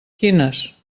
quines